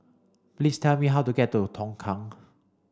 please tell me how to get to Tongkang